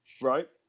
right